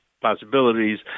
possibilities